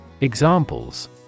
Examples